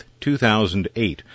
2008